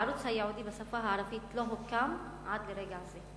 הערוץ הייעודי בשפה הערבית לא הוקם עד לרגע זה.